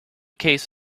case